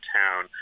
town